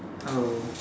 hello